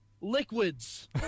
liquids